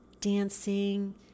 dancing